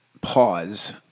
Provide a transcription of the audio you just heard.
pause